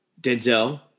Denzel